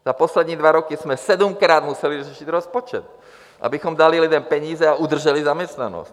Za poslední dva roky jsme sedmkrát museli řešit rozpočet, abychom dali lidem peníze a udrželi zaměstnanost.